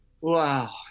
Wow